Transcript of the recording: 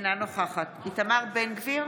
אינה נוכחת איתמר בן גביר,